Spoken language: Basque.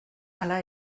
hala